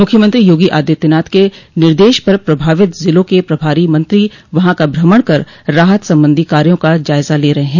मुख्यमंत्री योगी आदित्यनाथ के निर्देश पर प्रभावित ज़िलों के प्रभारी मंत्री वहां का भ्रमण कर राहत संबंधी कार्यो का जायजा ले रहे ह